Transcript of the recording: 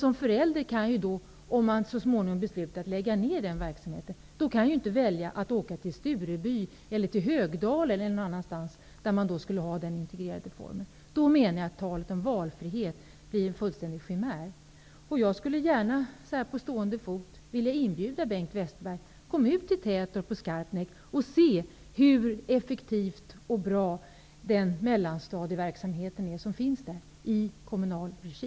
Men om man så småningom beslutar att lägga ned verksamheten, kan jag inte som förälder åka till Stureby, Högdalen eller någon annanstans därför att det där finns en integrerad verksamhet. Då menar jag att talet om valfrihet blir en fullständig chimär. Jag vill så här på stående fot inbjuda Bengt Westerberg till Kärrtorp och Skarpnäck. Då kan han se hur effektiv och bra mellanstadieverksamheten där är, en verksamhet som drivs i kommunal regi.